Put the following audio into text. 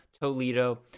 Toledo